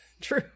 True